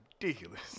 ridiculous